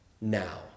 now